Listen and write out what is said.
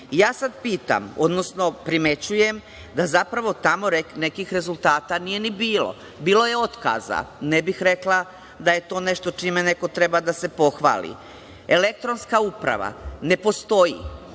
Sada pitam, odnosno primećujem da, zapravo, tamo nekih rezultata nije ni bilo. Bilo je otkaza. Ne bih rekla da je to nešto čime neko treba da se pohvali. Elektronska uprava ne postoji.